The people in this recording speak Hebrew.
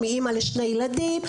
אימא לשני ילדים.